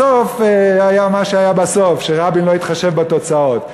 בסוף היה מה שהיה, שרבין לא התחשב בתוצאות.